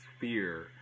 fear